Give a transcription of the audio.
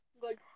Good